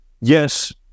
yes